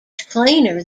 cleaner